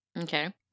Okay